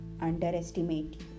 underestimate